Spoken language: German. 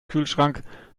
kühlschrank